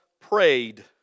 prayed